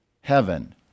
heaven